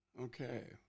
Okay